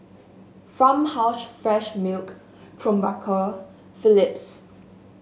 Farmhouse Fresh Milk Krombacher Philips